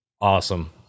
Awesome